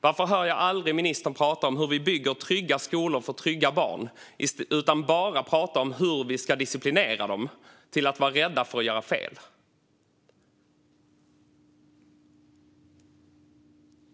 Varför hör jag aldrig ministern prata om hur vi bygger trygga skolor för trygga barn utan bara prata om hur vi ska disciplinera dem till att vara rädda för att göra fel?